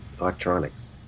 electronics